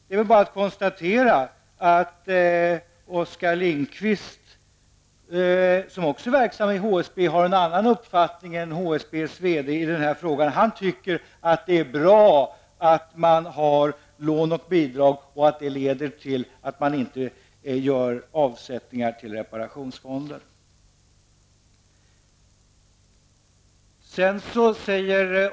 Det är väl bara att konstatera att Oskar Lindkvist, som också är verksam inom HSB, har en annan uppfattning i frågan än HSBs VD. Han tycker att det är bra att man har tillgång till lån och bidrag och att det leder till att man inte behöver göra avsättningar till reparationsfonder.